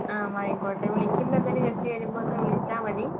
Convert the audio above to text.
ആ വാങ്ങിക്കോട്ടെ വിളിക്കുമ്പം എന്തായാലും ജസ്റ്റ് വരുമ്പം ഒന്ന് വിളിച്ചാൽ മതി